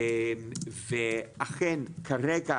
ואכן כרגע